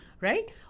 right